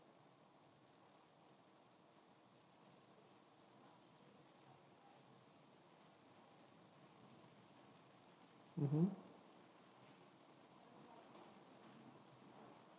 mmhmm